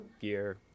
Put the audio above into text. gear